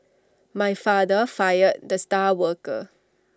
my father fired the star worker